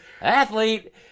athlete